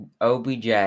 OBJ